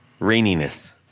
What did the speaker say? raininess